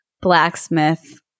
blacksmith